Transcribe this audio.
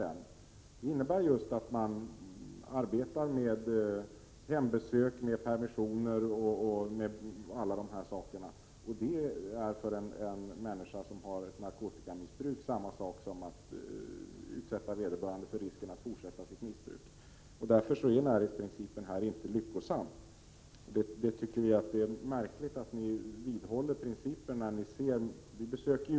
Den innebär ju att man arbetar med hembesök, med permissioner och annat, och när det gäller en människa med narkotikamissbruk betyder det samma sak som att utsätta vederbörande för risken att fortsätta sitt missbruk. Närhetsprincipen är i sådana fall inte lyckosam. Vi tycker det är märkligt att ni vidhåller principen, när ni ser hur den fungerar i praktiken.